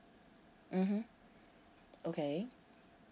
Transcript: mmhmm okay